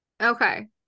okay